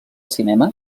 cinema